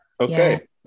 Okay